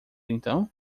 então